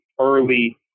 early